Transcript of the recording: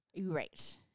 right